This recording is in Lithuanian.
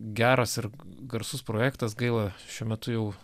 geras ir garsus projektas gaila šiuo metu jau